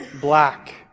black